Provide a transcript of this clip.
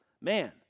Man